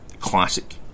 classic